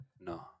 No